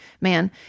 man